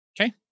Okay